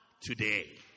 today